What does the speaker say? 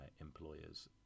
employers